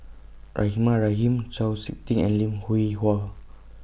Rahimah Rahim Chau Sik Ting and Lim Hwee Hua